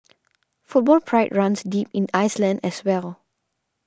football pride runs deep in Iceland as well